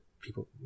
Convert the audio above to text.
people